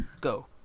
Go